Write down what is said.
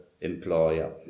employer